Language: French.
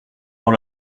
dans